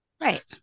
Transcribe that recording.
Right